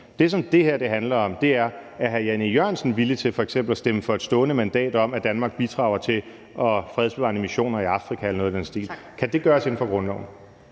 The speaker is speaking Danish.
Det, som det her handler om, er, om hr. Jan E. Jørgensen er villig til f.eks. at stemme for et stående mandat til, at Danmark bidrager til fredsbevarende missioner i Afrika eller noget i den stil. Kan det gøres inden for grundloven?